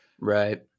Right